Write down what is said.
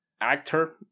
actor